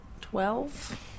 Twelve